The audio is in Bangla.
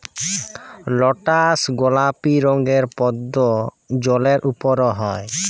লটাস গলাপি রঙের পদ্দ জালের উপরে হ্যয়